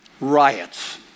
Riots